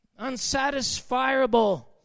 unsatisfiable